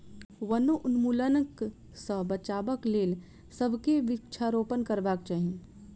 वनोन्मूलनक सॅ बचाबक लेल सभ के वृक्षारोपण करबाक चाही